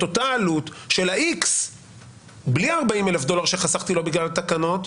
אותה עלות של ה- X בלי 40 אלף דולר שחסכתי לו בגלל התקנות,